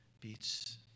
Beats